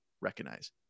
recognize